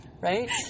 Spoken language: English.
Right